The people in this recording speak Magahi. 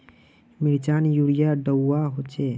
मिर्चान यूरिया डलुआ होचे?